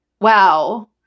wow